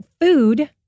food